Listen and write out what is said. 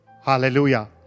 Hallelujah